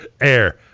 Air